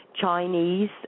Chinese